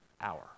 hour